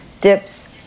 dips